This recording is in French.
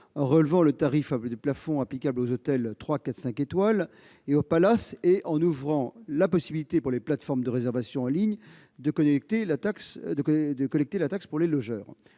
en relevant le tarif plafond applicable aux hôtels trois, quatre et cinq étoiles et aux palaces, et en ouvrant la possibilité pour les plateformes de réservation en ligne de collecter la taxe pour le compte